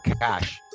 cash